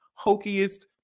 hokiest